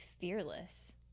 fearless